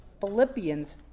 Philippians